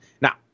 Now